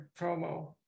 promo